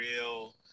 real